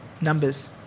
Numbers